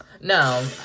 no